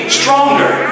stronger